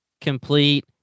complete